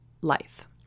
life